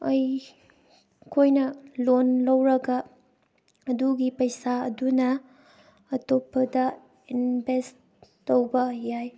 ꯑꯩ ꯈꯣꯏꯅ ꯂꯣꯟ ꯂꯧꯔꯒ ꯑꯗꯨꯒꯤ ꯄꯩꯁꯥ ꯑꯗꯨꯅ ꯑꯇꯣꯞꯄꯗ ꯏꯟꯚꯦꯁ ꯇꯧꯕ ꯌꯥꯏ